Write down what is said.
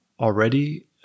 already